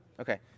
okay